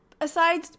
aside